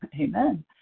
Amen